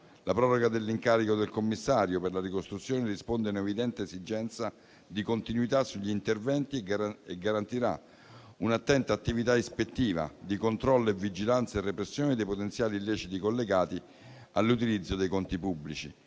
La proroga dell'incarico del commissario per la ricostruzione risponde a un'evidente esigenza di continuità sugli interventi e garantirà un'attenta attività ispettiva, di controllo, vigilanza e repressione dei potenziali illeciti collegati all'utilizzo dei conti pubblici.